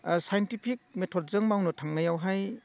scientific मेथडजों मावनो थांनायावहाय